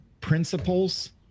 principles